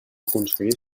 aconseguir